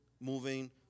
moving